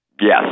Yes